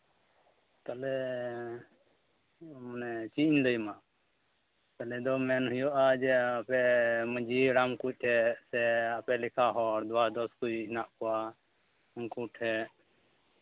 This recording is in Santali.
ᱛᱟᱦᱚᱞᱮ ᱢᱟᱱᱮ ᱪᱮᱫ ᱤᱧ ᱞᱟᱹᱭ ᱟᱢᱟ ᱛᱟᱦᱚᱞᱮ ᱫᱚ ᱢᱮᱱ ᱦᱩᱭᱩᱜᱼᱟ ᱡᱮ ᱟᱯᱮ ᱢᱟᱺᱡᱷᱤ ᱦᱟᱲᱟᱢ ᱠᱚ ᱥᱮ ᱟᱯᱮ ᱞᱮᱠᱷᱟ ᱦᱚᱲ ᱡᱚᱱᱟ ᱫᱚᱥ ᱜᱟᱱ ᱢᱮᱱᱟᱜ ᱠᱚᱣᱟ ᱩᱱᱠᱩ ᱴᱷᱮᱱ